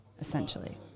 essentially